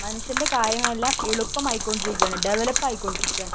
മനുഷ്യൻ്റെ കാര്യങ്ങൾ എല്ലാം എളുപ്പമായി കൊണ്ടിരിക്കുകയാണ് ഡെവലപ്പായി കൊണ്ടിരിക്കുകയാണ്